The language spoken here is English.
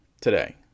today